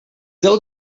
del